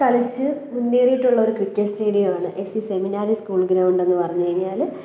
കളിച്ച് മുന്നേറിയിട്ടുള്ള ഒരു ക്രിക്കറ്റ് സ്റ്റേഡിയമാണ് S C seminary school ground എന്നു പറഞ്ഞു കഴിഞ്ഞാൽ